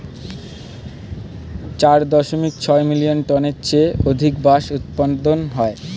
চার দশমিক ছয় মিলিয়ন টনের চেয়ে অধিক বাঁশ উৎপাদন হয়